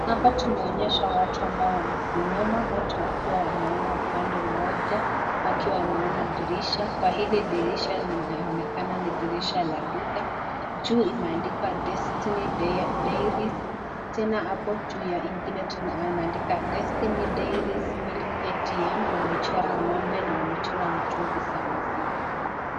Hapa tumeonyeshwa watu ambao wamesimama wote wakiwa wameona upande mmoja wakiwa wameona dirisha. Kwa hili dirisha linaonekana ni dirisha la duka juu imeandikwa [destiny dairy] tena apo juu ya ingine imeandikwa [destiny dairy milk ATM] wamechora ng'ombe na wamechora mtungi za maziwa.